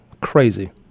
crazy